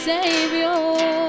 Savior